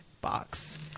box